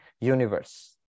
universe